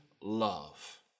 love